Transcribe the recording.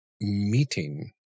meeting